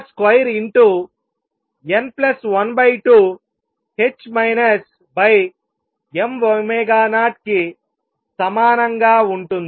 కి సమానంగా ఉంటుంది